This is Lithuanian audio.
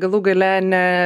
galų gale ne